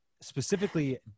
specifically